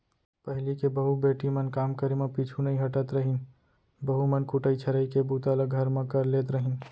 पहिली के बहू बेटी मन काम करे म पीछू नइ हटत रहिन, बहू मन कुटई छरई के बूता ल घर म कर लेत रहिन